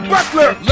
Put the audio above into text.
Butler